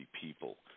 people